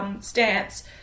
stance